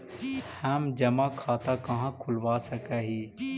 हम जमा खाता कहाँ खुलवा सक ही?